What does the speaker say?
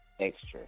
extra